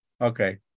Okay